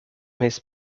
his